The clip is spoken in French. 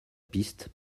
piste